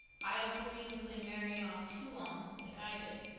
i don't believe in putting marrying off too long like i did.